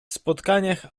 spotkaniach